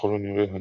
ככל הנראה,